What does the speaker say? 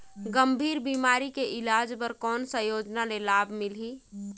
गंभीर बीमारी के इलाज बर कौन सा योजना ले लाभ मिलही?